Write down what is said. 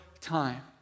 time